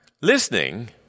Listening